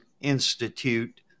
institute